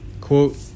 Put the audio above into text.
Quote